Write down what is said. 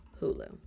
Hulu